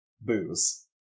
booze